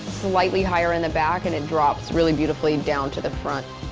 slightly higher in the back and it drops really beautifully down to the front.